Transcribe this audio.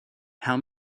how